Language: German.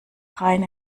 rhein